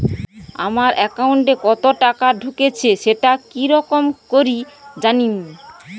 আমার একাউন্টে কতো টাকা ঢুকেছে সেটা কি রকম করি জানিম?